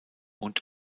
und